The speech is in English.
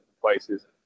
places